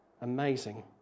Amazing